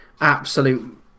absolute